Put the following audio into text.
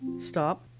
stop